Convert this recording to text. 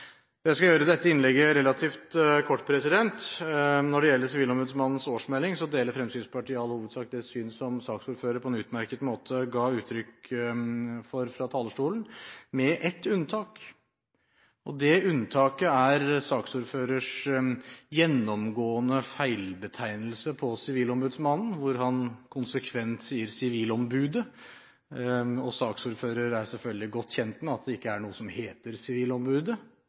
Jeg skal gjøre dette innlegget relativt kort. Når det gjelder Sivilombudsmannens årsmelding, deler Fremskrittspartiet i all hovedsak det syn som saksordføreren på en utmerket måte ga uttrykk for fra talerstolen – med ett unntak. Det unntaket er saksordførerens gjennomgående feilbetegnelse på Sivilombudsmannen, hvor han konsekvent sier «sivilombodet». Saksordføreren er selvfølgelig godt kjent med at det ikke er noe som heter